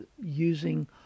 using